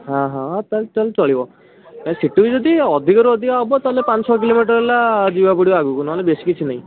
ହଁ ହଁ ତା'ହେଲେ ତା'ହେଲେ ଚଳିବ ସେ ତ ବି ଯଦି ଅଧିକରୁ ଅଧିକ ହବ ତା'ହେଲେ ପାଞ୍ଚ ଛଅ କିଲୋମିଟର ହେଲା ଯିବାକୁ ପଡ଼ିବ ଆଗକୁ ନହେଲେ ବେଶୀ କିଛି ନାହିଁ